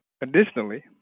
Additionally